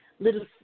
Little